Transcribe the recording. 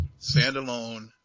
standalone